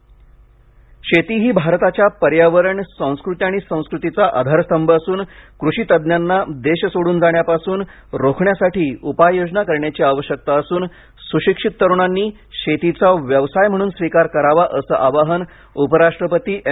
वेंकैया नायड् शेती ही भारताच्या पर्यावरण संस्कृती आणि संस्कृतीचा आधारस्तंभ असून कृषी तज्ञांना देश सोडून जाण्यापासून रोखण्यासाठी उपाययोजना करण्याची आवश्यकता असून सुशिक्षित तरुणांनी शेतीचा व्यवसाय म्हणून स्वीकार करावा असं आवाहन उपराष्ट्रपती एम